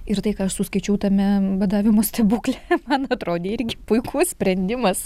ir tai ką aš suskaičiau tame badavimo stebukle man atrodė irgi puikus sprendimas